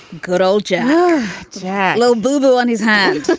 good old j j. lo boothville on his hand